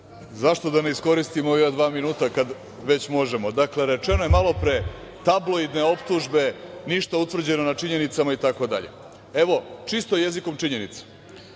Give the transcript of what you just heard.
Zašto da ne iskoristimo ova dva minuta kada već možemo. Dakle, rečeno je malopre, tabloidne optužbe, ništa utvrđeno na činjenicama itd. Evo čisto jezikom činjenica,